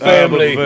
Family